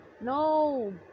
No